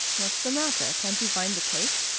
what's the matter? can't you find the cake?